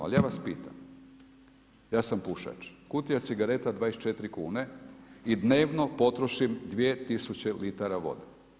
Ali ja vas pitam, ja sam pušač, kutija cigareta 24 kune i dnevno potrošim 2000 litara vode.